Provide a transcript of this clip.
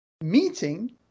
meeting